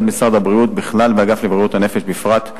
משרד הבריאות בכלל ואגף לבריאות הנפש בפרט.